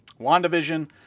WandaVision